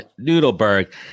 Noodleberg